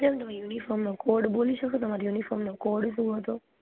બેન તમે કોડ બોલી શકો તમારી યુનિફોર્મનો કોડ શું હતો